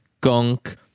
gunk